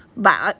but